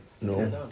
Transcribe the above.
No